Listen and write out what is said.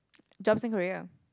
jump sing Korea ah